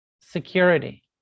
security